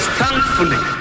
thankfully